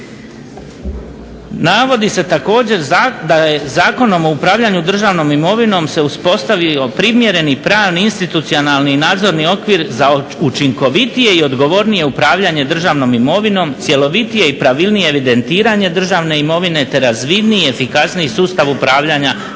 Navodi se također da je Zakonom o upravljanju državnom imovinom se uspostavio primjereni pravni institucionalni nadzorni okvir za učinkovitije i odgovornije upravljanje državnom imovinom, cjelovitije i pravilnije evidentiranje državne imovine te razvidniji i efikasniji sustav upravljanja